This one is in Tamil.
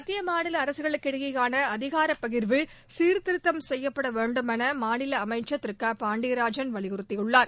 மத்திய மாநில அரசுகளுக்கிடையேயான அதிகாரப்பகிா்வு சீர்திருத்தம் செய்யப்பட வேண்டும் என மாநில அமைச்சர் திரு க பாண்டியராஜன் வலியுறுத்தியுள்ளார்